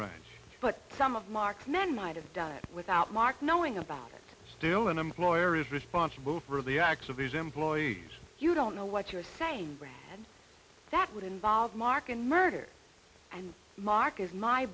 range but some of mock men might have done it without mark knowing about it still an employer is responsible for the acts of his employees you don't know what you're saying and that would involve mark and murder and mark is my